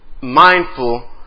mindful